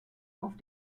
auf